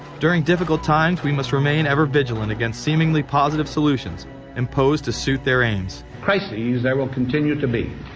during difficult times we must remain ever-vigilant. against seemingly positive solutions imposed to suit their aims. crises there will continue to be.